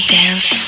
dance